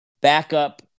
backup